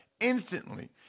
instantly